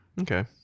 okay